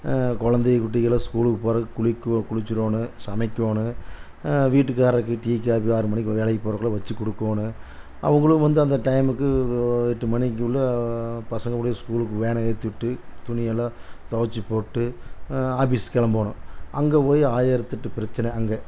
குழந்தை குட்டிகளை ஸ்கூலுக்கு போகிறக் குளிக்க குளிச்சுரோணும் சமைக்கணும் வீட்டுக்காரருக்கு டீ காப்பி ஆறு மணிக்கு வேலைக்கு போகிறக்குள்ள வெச்சு கொடுக்கோணும் அவங்களும் வந்து அந்த டைமுக்கு எட்டு மணிக்குள்ளே பசங்கக்கூடேயே ஸ்கூலுக்கு வேனை ஏற்றி விட்டு துணியெல்லாம் துவைச்சி போட்டு ஆஃபிஸ் கிளம்போணும் அங்கே போய் ஆயிரத்தெட்டு பிரச்சின அங்கே